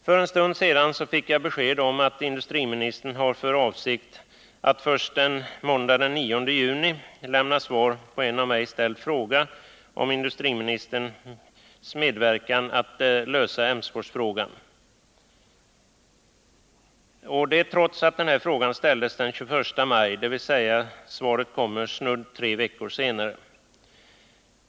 För en stund sedan fick jag besked om att industriministern har för avsikt att först måndagen den 9 juni lämna svar på en av mig ställd fråga om medverkan för att lösa Emsforsfrågan — detta trots att frågan ställdes den 21 maj, dvs. svaret kommer på snudd efter tre veckor.